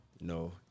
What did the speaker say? No